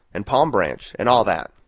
and palm branch, and all that.